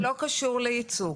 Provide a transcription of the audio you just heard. לא, זה לא קשור לייצוג.